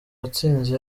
watsinze